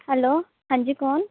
hello ਹਾਂਜੀ ਕੌਣ